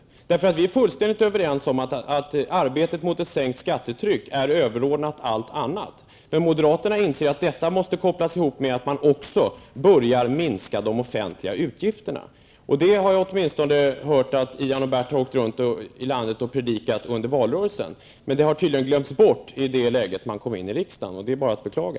Vi är fullständigt överens om att arbetet på att sänka skattetrycket är överordnat allt annat. Men moderaterna inser att detta måste kopplas ihop med att också minska de offentliga utgifterna. Det har jag hört att Ian och Bert har åkt runt i landet och predikat under valrörelsen, men det har tydligen glömts bort i och med att de kom in i riksdagen, och det är bara att beklaga.